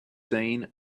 seen